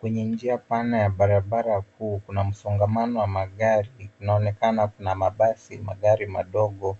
Kwenye njia pana ya barabara kuu kuna msongamano wa magari. Inaonekana kuna mabasi, magari madogo,